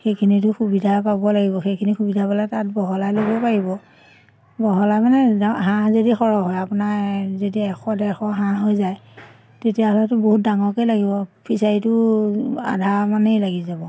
সেইখিনিতো সুবিধা পাব লাগিব সেইখিনি সুবিধা পেলাই তাত বহলাই ল'ব পাৰিব বহলাই মানে হাঁহ যদি সৰহ হয় আপোনাৰ যদি এশ ডেৰশ হাঁহ হৈ যায় তেতিয়াহ'লেতো বহুত ডাঙৰকেই লাগিব ফিচাৰীটো আধা মানেই লাগি যাব